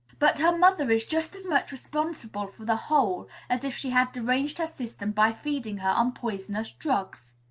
but her mother is just as much responsible for the whole as if she had deranged her system by feeding her on poisonous drugs.